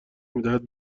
میدهد